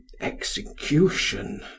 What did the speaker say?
execution